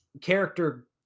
Character